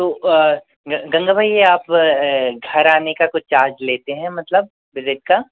तो गंगा भाई यह आप घर आने का कुछ चार्ज लेते हैं मतलब विज़िट का